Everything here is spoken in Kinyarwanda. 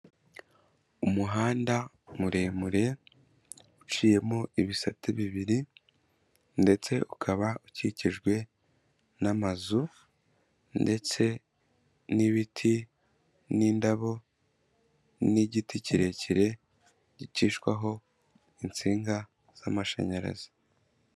Umuhanda muremure uciyemo ibisate bibiri ndetse ukaba ukikijwe n'amazu ndetse n'ibiti, n'indabo, n'igiti kirekire gicishwaho insinga z'amashanyarazi.